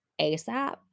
ASAP